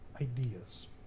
ideas